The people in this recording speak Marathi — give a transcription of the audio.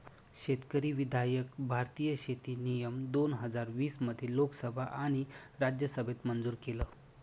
शेतकरी विधायक भारतीय शेती नियम दोन हजार वीस मध्ये लोकसभा आणि राज्यसभेत मंजूर केलं